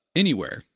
anywhere,